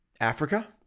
Africa